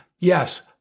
Yes